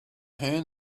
hand